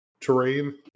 terrain